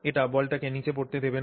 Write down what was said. এটি বলটিকে নীচে পড়তে দেবে না